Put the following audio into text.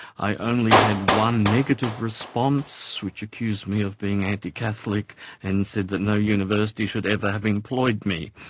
i only had one negative response which accused me of being anti-catholic and said that no university should ever have employed me.